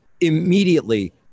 immediately